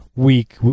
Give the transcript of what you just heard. week